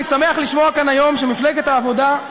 אני שמח לשמוע כאן היום שמפלגת העבודה,